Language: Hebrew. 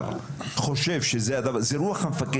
זה תלוי ברוח המפקד.